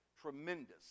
tremendous